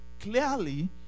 Clearly